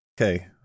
Okay